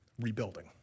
rebuilding